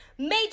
major